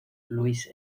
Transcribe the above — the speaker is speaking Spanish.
louis